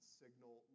signal